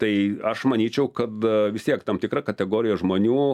tai aš manyčiau kad vis tiek tam tikra kategorija žmonių